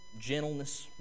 gentleness